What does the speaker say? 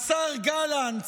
השר גלנט,